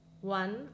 one